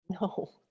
No